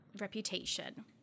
reputation